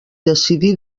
decidir